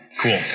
cool